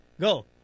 Go